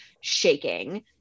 shaking